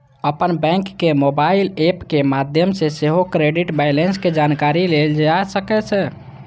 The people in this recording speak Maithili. अपन बैंकक मोबाइल एप के माध्यम सं सेहो क्रेडिट बैंलेंस के जानकारी लेल जा सकै छै